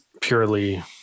purely